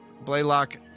Blaylock